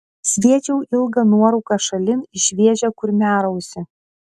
sviedžiau ilgą nuorūką šalin į šviežią kurmiarausį